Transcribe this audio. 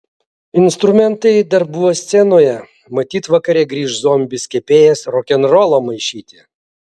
instrumentai dar buvo scenoje matyt vakare grįš zombis kepėjas rokenrolo maišyti